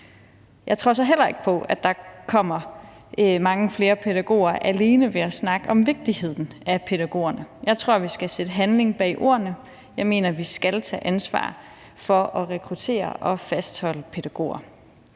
Jeg tror så heller ikke på, at der kommer mange flere pædagoger alene ved at snakke om vigtigheden af pædagogerne. Jeg tror, at vi skal sætte handling bag ordene. Jeg mener, at vi skal tage ansvar for at rekruttere og fastholde pædagogerne.